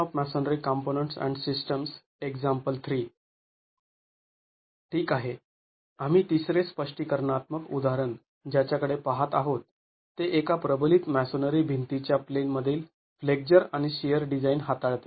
ठीक आहे आम्ही ३ रे स्पष्टीकरणात्मक उदाहरण ज्याच्याकडे पाहात आहोत ते एका प्रबलित मॅसोनरी भिंती च्या प्लेन मधील फ्लेक्झर आणि शिअर डिझाईन हाताळते